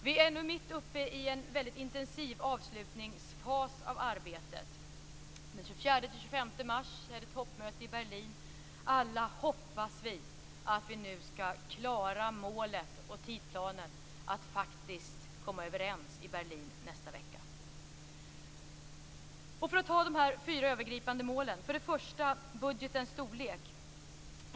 Vi är nu mitt uppe i en väldigt intensiv avslutningsfas i arbetet. Den 24-25 mars är det toppmöte i Berlin. Alla hoppas vi att vi skall klara målet och tidsplanen att faktiskt komma överens i Berlin nästa vecka. Jag går så in på de fyra övergripande målen. Det första gäller budgetens storlek.